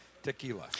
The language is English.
Tequila